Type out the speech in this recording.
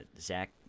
Zach